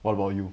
what about you